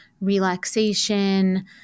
relaxation